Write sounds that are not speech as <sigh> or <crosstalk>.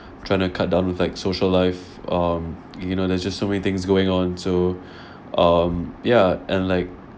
trying to cut down with like social life um you know there's just so many things going on so <breath> um ya and like